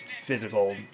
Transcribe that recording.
physical